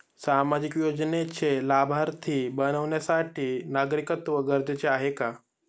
सामाजिक योजनेचे लाभार्थी बनण्यासाठी नागरिकत्व गरजेचे आहे का?